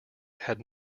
had